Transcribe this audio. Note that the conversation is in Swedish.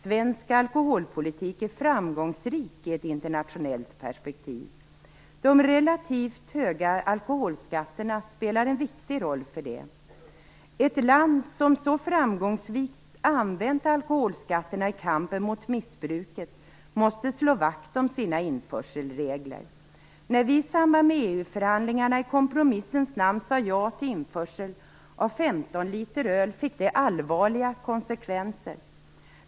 Svensk alkoholpolitik är framgångsrik i ett internationellt perspektiv. De relativt höga alkoholskatterna spelar en viktig roll i det. Ett land som så framgångsrikt använt alkoholskatterna i kampen mot missbruket måste slå vakt om sina införselregler. När vi i samband med EU-förhandlingarna i kompromissens namn sade ja till införsel av 15 liter öl fick det allvarliga konsekvenser.